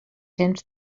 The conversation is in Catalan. cents